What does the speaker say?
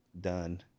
done